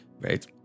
right